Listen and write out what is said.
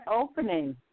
opening